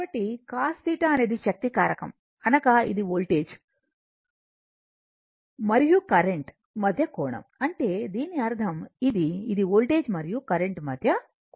కాబట్టి cos θ అనేది శక్తి కారకం అనగా ఇది వోల్టేజ్ మరియు కరెంట్ మధ్య కోణం అంటే దీని అర్థం ఇది ఇది వోల్టేజ్ మరియు కరెంట్ మధ్య కోణం